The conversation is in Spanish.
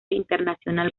internacional